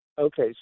Okay